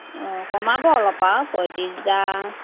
অঁ কমাব অলপ আৰু পঁয়ত্ৰিছ হেজাৰ